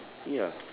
ya